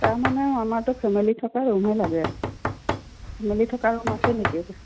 তাৰ মানে আমাৰটো ফেমিলি থকা ৰুমহে লাগে ফেমিলি থকা ৰুম আছে নেকি